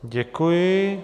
Děkuji.